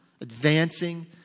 advancing